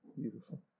Beautiful